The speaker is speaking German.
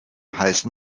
heißen